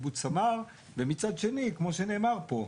סמר, ומצד שני כמו שנאמר פה,